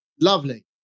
lovely